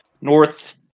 North